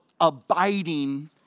abiding